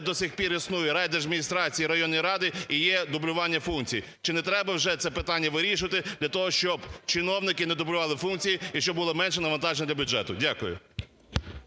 до сих пір існують райдержадміністрації, районі ради, і є дублювання функцій? Чи не треба вже це питання вирішувати для того, щоб чиновники не дублювали функції і щоб було менше навантажень для бюджету? Дякую.